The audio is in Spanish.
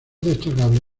destacable